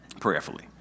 prayerfully